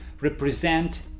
represent